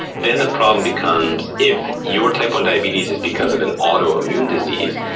then the problem becomes, if your type one diabetes is because of an autoimmune disease,